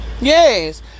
yes